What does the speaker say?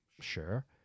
sure